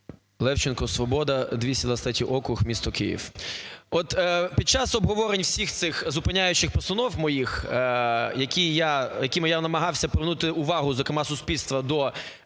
Левченко, "Свобода", 223 округ, місто Київ.